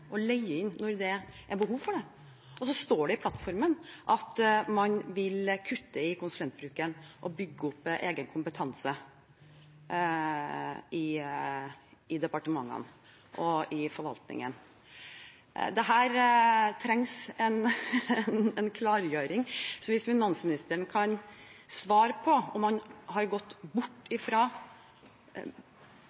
at man vil kutte i konsulentbruken og bygge opp egen kompetanse i departementene og forvaltningen. Her trengs det en klargjøring. Kan finansministeren svare på om han har gått bort